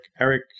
Eric